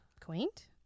Quaint